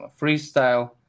freestyle